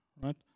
Right